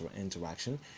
interaction